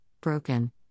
broken